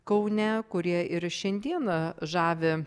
kaune kurie ir šiandieną žavi